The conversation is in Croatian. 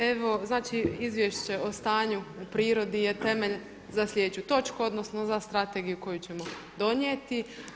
Evo znači Izvješće o stanju u prirodi je temelj za sljedeću točku, odnosno za strategiju koju ćemo donijeti.